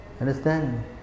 understand